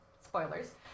Spoilers